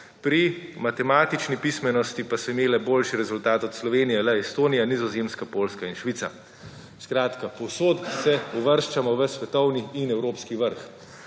pri matematični pismenosti pa so imele boljši rezultat od Slovenije le Estonija, Nizozemska, Poljska in Švica. Skratka, povsod se uvrščamo v svetovni in evropski vrh.